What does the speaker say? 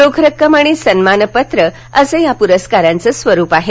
रोख रक्कम आणि सन्मानपत्र असं या पुरस्कारांचं स्वरूप आहे